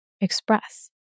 express